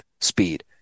speed